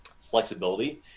flexibility